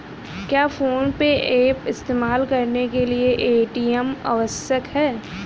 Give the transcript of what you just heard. क्या PhonePe app इस्तेमाल करने के लिए ए.टी.एम आवश्यक है?